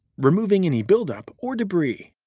removing any buildup or debris.